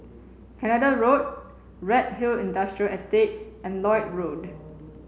Canada Road Redhill Industrial Estate and Lloyd Road